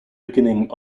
beginning